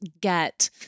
get